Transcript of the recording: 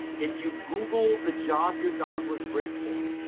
if you google the job your dog was bred for,